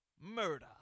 murder